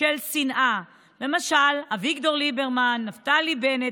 של שנאה, למשל אביגדור ליברמן, נפתלי בנט.